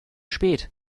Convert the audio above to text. spät